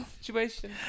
situation